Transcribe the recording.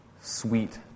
sweet